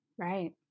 Right